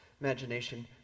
imagination